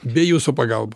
be jūsų pagalba